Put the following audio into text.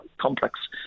complex